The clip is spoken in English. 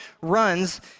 runs